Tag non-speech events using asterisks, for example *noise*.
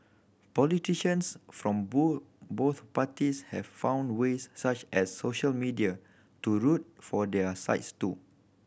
politicians from *unintelligible* both parties have found ways such as social media to root for their sides too